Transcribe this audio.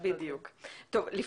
המשרד להגנת הסביבה ב-2009 ביצע